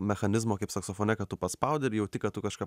mechanizmo kaip saksofone kad tu paspaudi ir jauti kad tu kažką